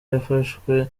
yafashwe